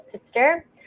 sister